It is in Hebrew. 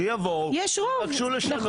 שיבואו ויבקשו לשנות.